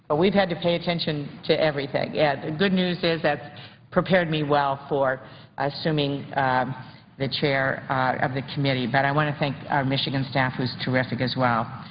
we've had to pay attention to everything. yeah the good news is that's prepared me well for assuming the chair of the committee. but i want to thank our michigan staff who is terrific as well.